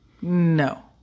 no